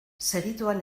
segituan